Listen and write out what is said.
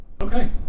Okay